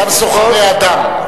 אותם סוחרי אדם.